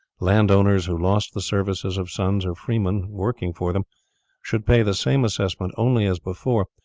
landowners who lost the services of sons or freemen working for them should pay the same assessment only as before,